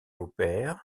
opèrent